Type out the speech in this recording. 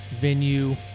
venue